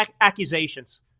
accusations